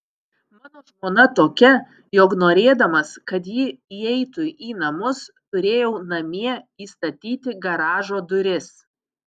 mano žmona tokia jog norėdamas kad ji įeitų į namus turėjau namie įstatyti garažo duris